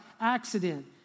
accident